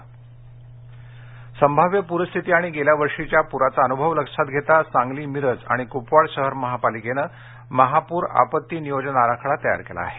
महापर व्यवस्थापन संभाव्य पूरस्थिती आणि गेल्या वर्षीच्या पुराचा अनुभव लक्षात घेता सांगली मिरज आणि कुपवाड शहर महापालिकेनं महापूर आपत्ती नियोजन आराखडा तयार केला आहे